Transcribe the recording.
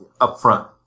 upfront